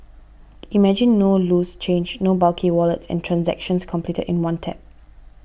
imagine no loose change no bulky wallets and transactions completed in one tap